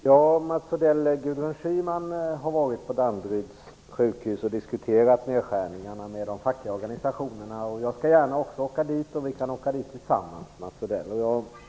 Fru talman! Gudrun Schyman har varit på Danderyds sjukhus och diskuterat nedskärningarna med de fackliga organisationerna. Jag skall också gärna åka dit, Mats Odell, och vi kan åka tillsammans.